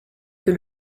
que